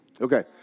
Okay